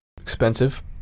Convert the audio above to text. Expensive